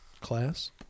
class